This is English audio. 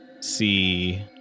see